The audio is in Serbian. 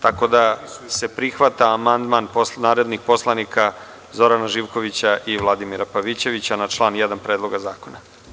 Tako da se prihvata amandman narodnih poslanika Zorana Živkovića i Vladimira Pavićevića na član 1. Predloga zakona.